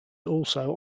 also